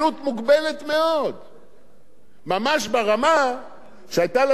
ממש ברמה שהיתה לניסיון לשכנע שרי פנים,